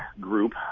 group